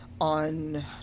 on